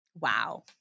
Wow